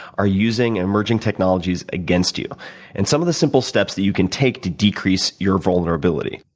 are using emerging technologies against you and some of the simple steps that you can take to decrease your vulnerability.